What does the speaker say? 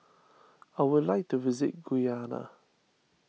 I would like to visit Guyana